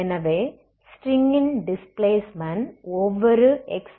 என்பது ஸ்ட்ரிங் ன் டிஸ்பிளேஸ்மென்ட் ஒவ்வொரு x∈R